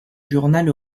journal